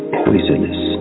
poisonous